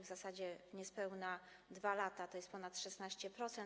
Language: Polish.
W zasadzie niespełna 2 lata to jest ponad 16%.